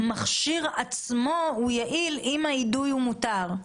להוכיח שהמכשיר עצמו יעיל אם האידוי הוא מותר?